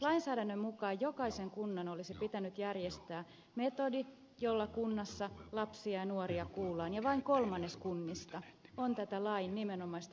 lainsäädännön mukaan jokaisen kunnan olisi pitänyt järjestää metodi jolla kunnassa lapsia ja nuoria kuullaan ja vain kolmannes kunnista on tätä lain nimenomaista määräystä totellut